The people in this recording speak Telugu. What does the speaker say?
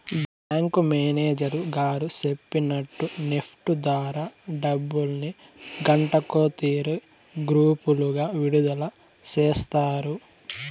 బ్యాంకు మేనేజరు గారు సెప్పినట్టు నెప్టు ద్వారా డబ్బుల్ని గంటకో తూరి గ్రూపులుగా విడదల సేస్తారు